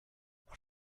what